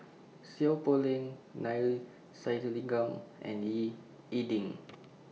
Seow Poh Leng Neila Sathyalingam and Ying E Ding